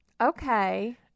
Okay